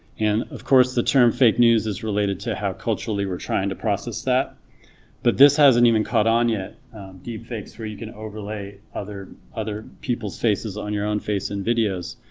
and of course the term fake news is related to how culturally we're trying to process that but this hasn't even caught on yet deepfakes where you can overlay other other people's faces on your own face and videos,